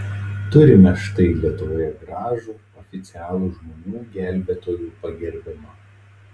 turime štai lietuvoje gražų oficialų žmonių gelbėtojų pagerbimą